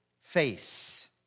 face